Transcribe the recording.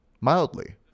mildly